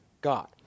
God